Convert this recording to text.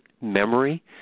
memory